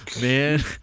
Man